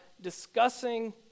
discussing